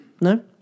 No